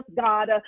God